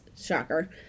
shocker